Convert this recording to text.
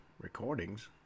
recordings